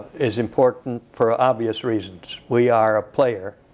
is important, for obvious reasons. we are a player.